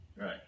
Right